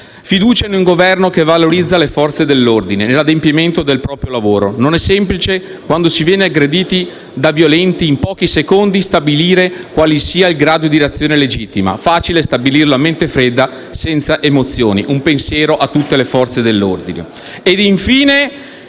Fiducia a un Governo che valorizza le Forze dell'ordine nell'adempimento del proprio lavoro. Non è semplice, quando si viene aggrediti da violenti, stabilire in pochi secondi quale sia il grado di reazione legittima: facile è stabilirlo a mente fredda, senza emozioni. Il mio pensiero va a tutte le Forze dell'ordine.